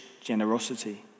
generosity